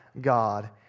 God